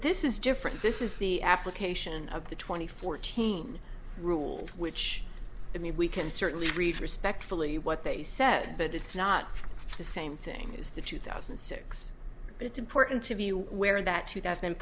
this is different this is the application of the two thousand and fourteen rule which i mean we can certainly read respectfully what they said but it's not the same thing as the two thousand and six it's important to view where that two thousand and